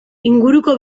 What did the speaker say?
inguruko